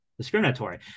discriminatory